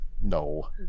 No